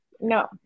No